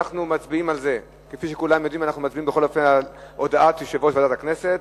לא, אנחנו מצביעים על הודעת יושב-ראש ועדת הכנסת.